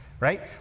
right